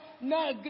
na